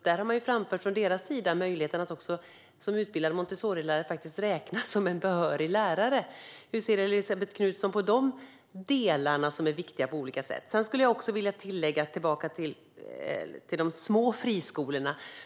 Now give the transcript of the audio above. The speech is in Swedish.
Man har från deras sida framfört möjligheten att som utbildad Montessorilärare faktiskt räknas som behörig lärare. Hur ser Elisabet Knutsson på de delarna, som är viktiga på olika sätt? Sedan skulle jag vilja tillägga något - jag kommer nu tillbaka till de små friskolorna.